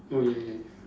oh ya ya ya